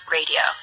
Radio